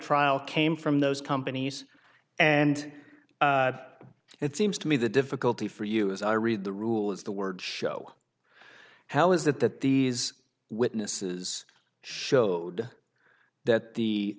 trial came from those companies and it seems to me the difficulty for you as i read the rule is the word show how is that that these witnesses showed that the